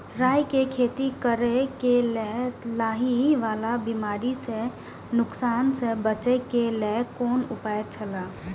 राय के खेती करे के लेल लाहि वाला बिमारी स नुकसान स बचे के लेल कोन उपाय छला?